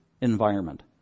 environment